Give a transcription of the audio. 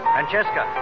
Francesca